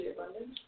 abundance